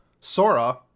Sora